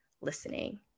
listening